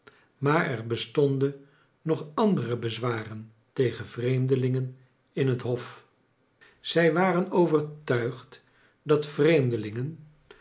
maar er bestonden nog andere bez waren tegen vreemdelingen in het hof zij waren overtuigd dat vreemdelingen